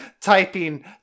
typing